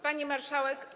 Pani Marszałek!